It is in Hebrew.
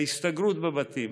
ההסתגרות בבתים,